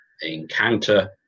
Encounter